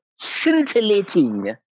scintillating